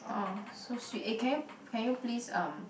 orh so sweet eh can you can you please um